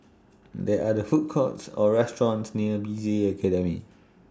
They Are There Food Courts Or restaurants near B C A Academy